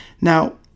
Now